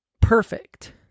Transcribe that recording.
perfect